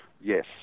Yes